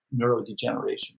neurodegeneration